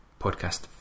podcast